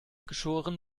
geschoren